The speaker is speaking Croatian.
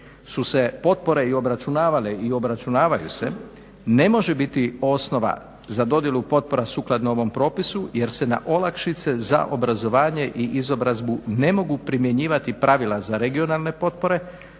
su se potpore i obračunavale i obračunavaju se ne može biti osnova za dodjelu potpora sukladno ovom propisu jer se na olakšice za obrazovanje i izobrazbu ne mogu primjenjivati pravila za regionalne potpore